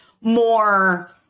more